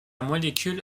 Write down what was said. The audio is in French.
molécule